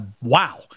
Wow